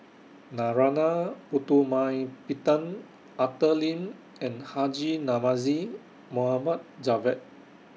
Narana Putumaippittan Arthur Lim and Haji Namazie Mohd Javad